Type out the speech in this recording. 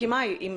אבל